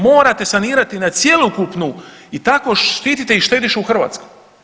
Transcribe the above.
Morate sanirati na cjelokupnu i tako štititi i štediše u Hrvatskoj.